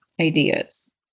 ideas